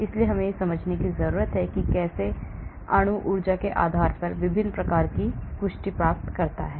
इसलिए हमें यह समझने की जरूरत है कि कैसे और कैसे अणु ऊर्जा के आधार पर विभिन्न प्रकार की पुष्टि प्राप्त करते हैं